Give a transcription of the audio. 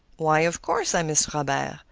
why, of course i miss robert.